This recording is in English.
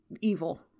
evil